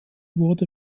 wurde